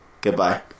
goodbye